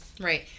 Right